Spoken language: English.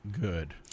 good